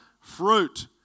fruit